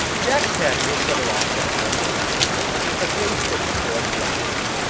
jack's head was set aloft on london bridge, with the face looking towards blackheath,